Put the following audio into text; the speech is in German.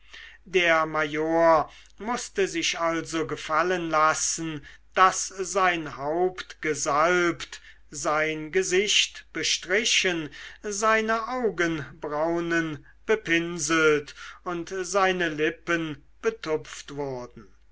der major mußte sich also gefallen lassen daß sein haupt gesalbt sein gesicht bestrichen seine augenbraunen bepinselt und seine lippen betupft wurden